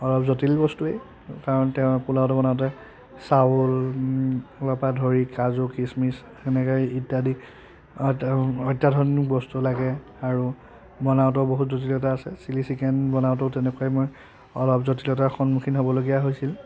অলপ জটিল বস্তুৱে কাৰণ তেওঁ পোলাওটো বনাওঁতে চাউলৰ পৰা ধৰি কাজু কিচমিচ এনেকৈ ইত্যাদি অত্যা অত্যাধুনিক বস্তু লাগে আৰু বনাওঁতেও বহুত জটিলতা আছে চিলি চিকেন বনাওঁতেও তেনেকৈয়ে মই অলপ জটিলতাৰ সন্মুখীন হ'বলগীয়া হৈছিল